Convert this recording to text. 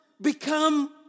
become